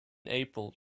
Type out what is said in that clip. april